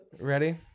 Ready